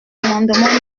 l’amendement